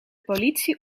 politie